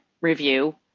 review